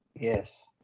Yes